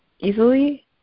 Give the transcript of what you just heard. easily